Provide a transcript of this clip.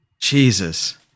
Jesus